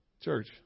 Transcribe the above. Church